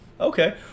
Okay